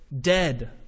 dead